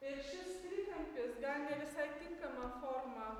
ir šis trikampis gal ne visai tinkama forma